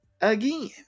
again